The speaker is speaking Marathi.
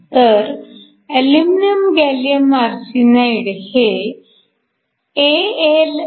तर अल्युमिनियम गॅलीअम आर्सेनाईड हे AlxGa1 xAs